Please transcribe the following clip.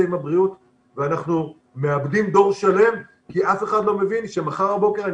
עם הבריאות ואנחנו מאבדים דור שלם כי אף אחד לא מבין שמחר בבוקר,